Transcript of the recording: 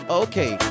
okay